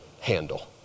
handle